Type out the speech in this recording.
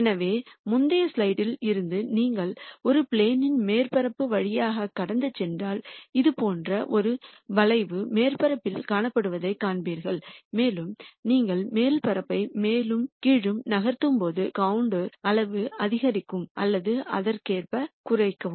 எனவே முந்தைய ஸ்லைடில் இருந்து நீங்கள் ஒரு ப்ளேனின் மேற்பரப்பு வழியாகக் கடந்து சென்றால் இது போன்ற ஒரு வளைவு மேற்பரப்பில் காணப்படுவதைக் காண்பீர்கள் மேலும் நீங்கள் மேற்பரப்பை மேலும் கீழும் நகர்த்தும்போது கண்டூர்ன் அளவு அதிகரிக்கும் அல்லது அதற்கேற்ப குறைக்கவும்